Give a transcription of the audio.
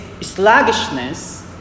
sluggishness